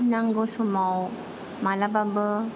नांगौ समाव मालाबाबो